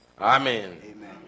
Amen